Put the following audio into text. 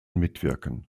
mitwirken